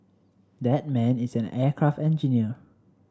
that man is an aircraft engineer